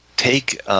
Take